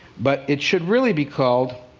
but it should really be called.